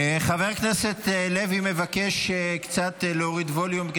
חבר הכנסת לוי מבקש קצת להוריד ווליום,